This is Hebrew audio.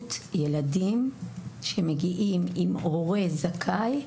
בוודאות ילדים שמגיעים עם הורה זכאי,